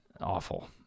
Awful